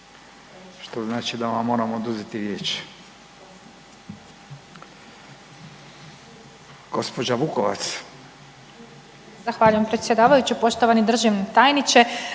što znači da vam moram oduzeti riječ. Gospođa Vukovac.